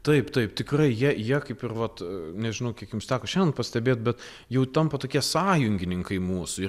taip taip tikrai jie jie kaip ir vat nežinau kiek jums teks šiandien pastebėt bet jau tampa tokie sąjungininkai mūsų